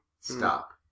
Stop